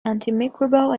antimicrobial